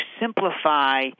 simplify